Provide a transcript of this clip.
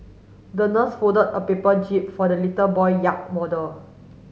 the nurse folded a paper jib for the little boy yacht model